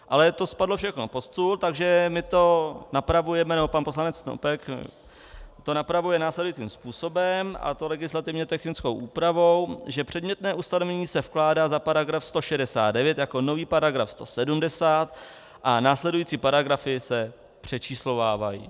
Ale to spadlo všechno pod stůl, takže my to napravujeme, nebo pan poslanec Snopek to napravuje následujícím způsobem, a to legislativně technickou úpravou, že předmětné ustanovení se vkládá za § 169 jako nový § 170 a následující paragrafy se přečíslovávají.